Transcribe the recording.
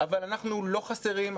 אבל אנחנו לא חסרים,